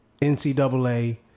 NCAA